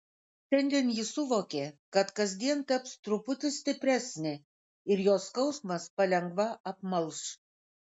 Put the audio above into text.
šiandien ji suvokė kad kasdien taps truputį stipresnė ir jos skausmas palengva apmalš